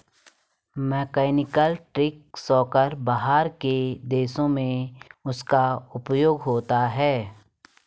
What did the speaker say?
mechanical tree shaker बाहर के देशों में उसका उपयोग होता है